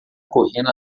correndo